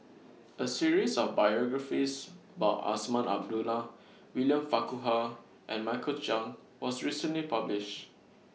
A series of biographies about Azman Abdullah William Farquhar and Michael Chiang was recently published